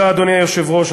אדוני היושב-ראש,